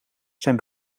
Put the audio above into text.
zijn